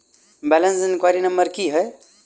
Balance enquiry number की है?